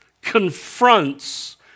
confronts